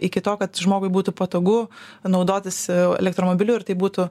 iki to kad žmogui būtų patogu naudotis elektromobiliu ir tai būtų